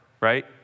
right